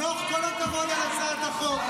למה אתה מתנגד לחוק?